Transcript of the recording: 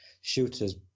shooters